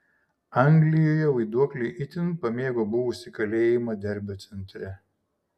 anglijoje vaiduokliai itin pamėgo buvusį kalėjimą derbio centre